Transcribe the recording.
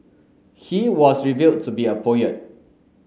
he was revealed to be a poet